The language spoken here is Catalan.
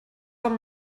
com